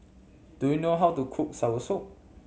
do you know how to cook soursop